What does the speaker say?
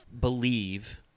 believe